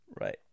Right